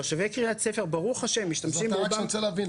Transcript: תושבי קריית ספר ברוך השם משתמשים באותם --- זה מה שאני רוצה להבין,